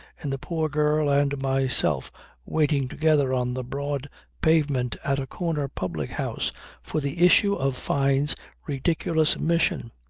in the poor girl and myself waiting together on the broad pavement at a corner public-house for the issue of fyne's ridiculous mission.